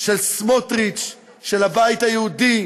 של סמוטריץ, של הבית היהודי,